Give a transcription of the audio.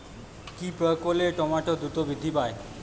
কি প্রয়োগ করলে টমেটো দ্রুত বৃদ্ধি পায়?